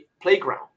playground